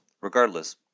Regardless